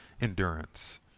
endurance